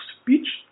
speech